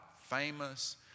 famous